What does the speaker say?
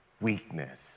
weakness